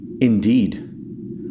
Indeed